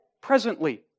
presently